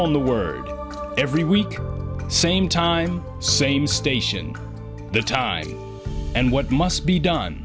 on the word every week same time same station the time and what must be done